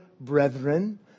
brethren